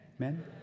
Amen